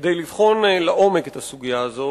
כדי לבחון לעומק את הסוגיה הזאת.